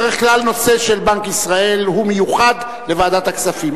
בדרך כלל הנושא של בנק ישראל הוא מיוחד לוועדת הכספים,